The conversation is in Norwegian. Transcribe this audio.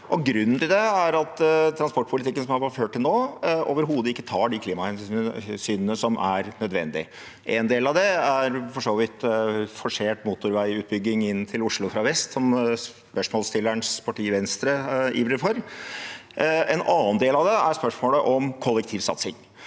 Grunnen til det er at transportpolitikken som har vært ført til nå, overhodet ikke tar de klimahensynene som er nødvendige. En del av det er for så vidt forsert motorveiutbygging inn til Oslo fra vest, som spørsmålsstillerens parti, Venstre, ivrer for. En annen del av det er spørsmålet om kollektivsatsing.